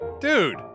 dude